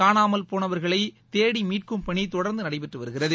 காணாமல் போனவர்களைதேடிமீட்கும் பணிதொடர்ந்துநடைபெற்றுவருகிறது